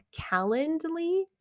Calendly